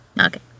Okay